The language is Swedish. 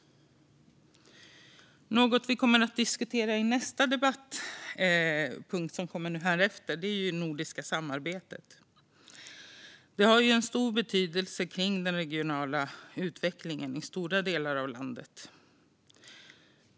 Något vi kommer att diskutera under den dagordningspunkt som kommer härefter är det nordiska samarbetet. Det har en stor betydelse för den regionala utvecklingen i stora delar av landet.